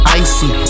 icy